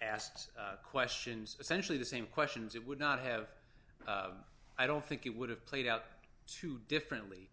asked questions essentially the same questions it would not have i don't think it would have played out to differently